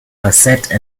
pulsate